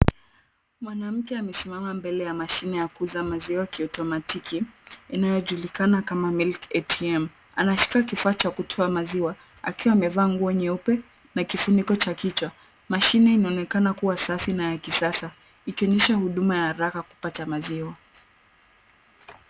Mwanamke amesimama mbele ya mashine ya kuuza maziwa kiotomatiki inayojulikana kama milk ATM . Anashika kifaa cha kutoa maziwa akiwa amevaa nguo nyeupe na kifuniko cha kichwa. Mashine inaonekana kuwa safi na ya kisasa ikionyesha huduma ya haraka kupata maziwa.